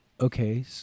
Okay